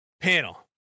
panel